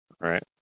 Right